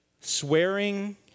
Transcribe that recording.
Swearing